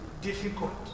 difficult